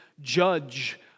judge